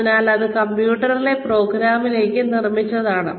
അതിനാൽ അത് കമ്പ്യൂട്ടറിലെ പ്രോഗ്രാമിലേക്ക് നിർമ്മിച്ചതാണ്